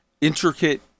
intricate